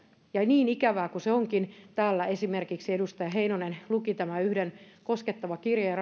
ja niin ikävää kuin se onkin täällä esimerkiksi edustaja heinonen luki tämän yhden ravintolayrittäjän koskettavan kirjeen